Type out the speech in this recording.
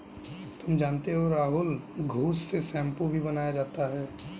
तुम जानते हो राहुल घुस से शैंपू भी बनाया जाता हैं